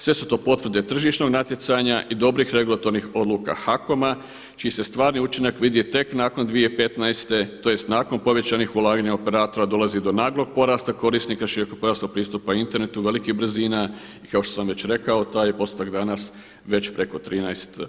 Sve su to potvrde tržišnog natjecanja i dobrih regulatornih odluka HAKOM-a čiji se stvarni učinak vidi tek nakon 2015., tj. nakon povećanih ulaganja u operatora dolazi do naglog porasta korisnika širokopojasnog pristupa internetu velikih brzina i kao što sam već rekao taj je postotak danas već preko 13%